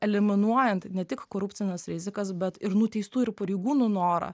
eliminuojant ne tik korupcines rizikas bet ir nuteistų ir pareigūnų norą